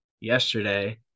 yesterday